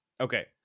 Okay